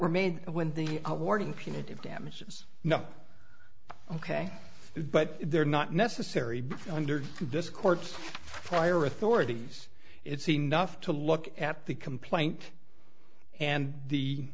were made when the awarding punitive damages no ok but they're not necessary under this court's prior authorities it's enough to look at the complaint and the